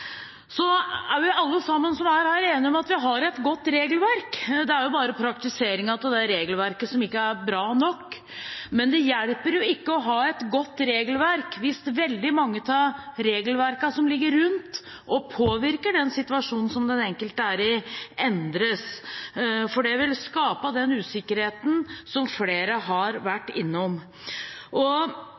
så viktig tema. Så er jo alle vi som er her, enige om at vi har et godt regelverk, det er bare praktiseringen av dette regelverket som ikke er bra nok. Men det hjelper ikke å ha et godt regelverk hvis veldig mange av de regelverkene som ligger rundt og påvirker den situasjonen som den enkelte er i, endres. Det vil skape usikkerhet, som flere har vært innom.